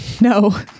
No